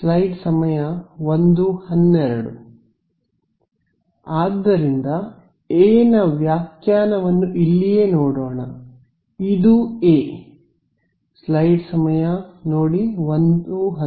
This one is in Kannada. ಆದ್ದರಿಂದ ಎ ನ ವ್ಯಾಖ್ಯಾನವನ್ನು ಇಲ್ಲಿಯೇ ನೋಡೋಣ ಇದು ಎ